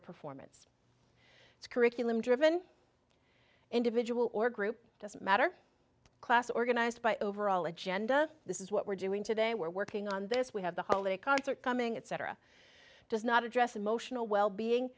a performance curriculum driven individual or group doesn't matter class organized by overall agenda this is what we're doing today we're working on this we have the holiday concert coming at cetera does not address emotional well being